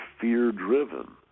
fear-driven